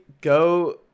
go